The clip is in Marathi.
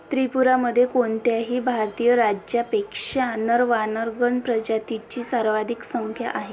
त्रिपुरामध्ये कोणत्याही भारतीय राज्यापेक्षा नर वानरगण प्रजातीची सर्वाधिक संख्या आहे